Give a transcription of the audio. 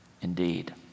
indeed